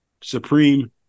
supreme